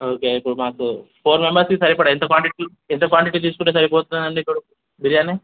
okay ఇప్పుడు మాకు four మెంబర్స్కి సరిపడే ఎంత క్వాంటిటీ ఎంత క్వాంటిటీ తీసుకుంటే సరిపోతుంది అండి ఇప్పుడు బిర్యానీ